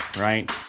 right